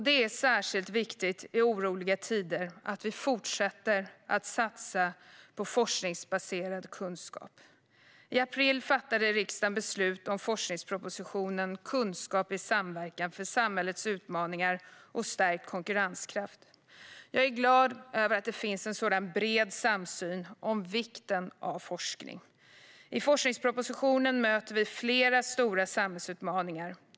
Det är särskilt viktigt i oroliga tider att vi fortsätter att satsa på forskningsbaserad kunskap. I april fattade riksdagen beslut om forskningspropositionen Kunskap i samverkan - för samhällets utmaningar och stärkt konkurrenskraft . Jag är glad över att det finns en sådan bred samsyn på vikten av forskning. I forskningspropositionen möter vi flera stora samhällsutmaningar.